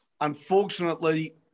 Unfortunately